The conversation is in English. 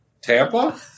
Tampa